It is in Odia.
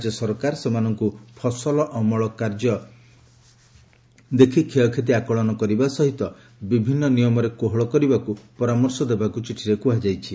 ରାଜ୍ୟ ସରକାର ସେମାନଙ୍କୁ ଫସଲ ଅମଳ କାର୍ଯ୍ୟ ଦେଖି କ୍ଷୟକ୍ଷତି ଆକଳନ କରିବା ସହିତ ବିଭିନ୍ନ ନିୟମରେ କୋହଳ କରିବାକୁ ପରାମର୍ଶ ଦେବାକୁ ଚିଠିରେ କୁହାଯାଇଛି